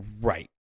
right